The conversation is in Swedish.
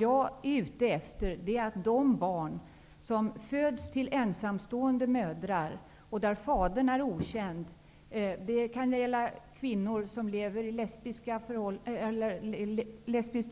Jag är ute efter att de barn som föds till ensamstående mödrar och där fadern är okänd -- det kan gälla kvinnor som lever i lesbiska